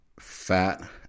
Fat